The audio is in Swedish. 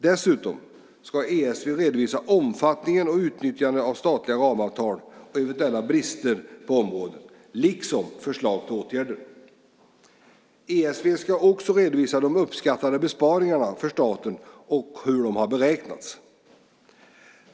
Dessutom ska ESV redovisa omfattningen och utnyttjandet av statliga ramavtal och eventuella brister på området liksom förslag på åtgärder. ESV ska också redovisa de uppskattade besparingarna för staten och hur de har beräknats.